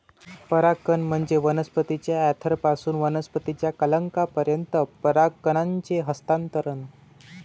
परागकण म्हणजे वनस्पतीच्या अँथरपासून वनस्पतीच्या कलंकापर्यंत परागकणांचे हस्तांतरण